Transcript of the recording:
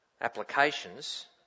applications